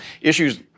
issues